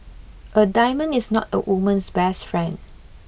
a diamond is not a woman's best friend